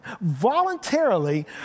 voluntarily